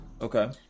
okay